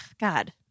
God